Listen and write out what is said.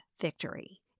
victory